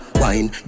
wine